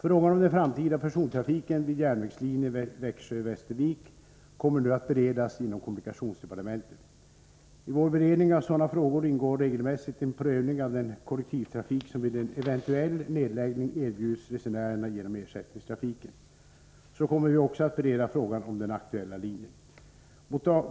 Frågan om den framtida persontrafiken vid järnvägslinjen Växjö-Västervik kommer nu att beredas inom kommunikationsdepartementet. I vår beredning av sådana frågor ingår regelmässigt en prövning av den kollektivtrafik som vid en eventuell nedläggning erbjuds resenärerna genom ersättningstrafiken. Så kommer vi också att bereda frågan om den aktuella linjen.